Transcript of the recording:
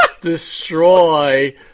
destroy